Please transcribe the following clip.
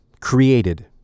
created